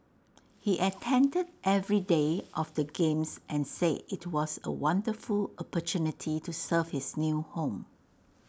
he attended every day of the games and say IT was A wonderful opportunity to serve his new home